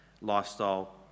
lifestyle